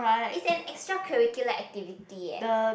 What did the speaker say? it's an extracurricular activity eh